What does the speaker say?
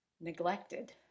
neglected